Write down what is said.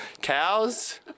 Cows